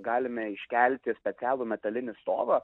galime iškelti specialų metalinį stovą